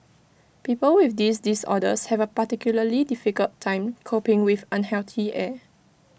people with these disorders have A particularly difficult time coping with unhealthy air